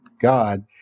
God